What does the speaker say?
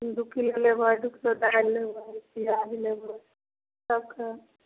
दुइ किलो लेबै दुइ किलो दालि लेबै पिआज लेबै सबके